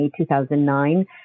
2009